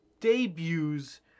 debuts